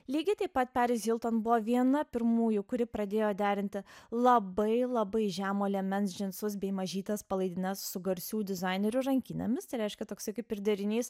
lygiai taip pat peris hilton buvo viena pirmųjų kuri pradėjo derinti labai labai žemo liemens džinsus bei mažytes palaidines su garsių dizainerių rankinėmis tai reiškia toksai kaip ir derinys